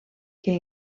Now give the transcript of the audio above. que